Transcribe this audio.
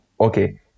Okay